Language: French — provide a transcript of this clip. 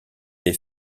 les